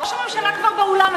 ראש הממשלה כבר באולם,